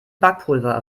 backpulver